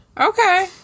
Okay